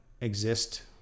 exist